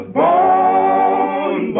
born